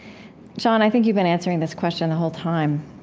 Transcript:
john, i think you've been answering this question the whole time,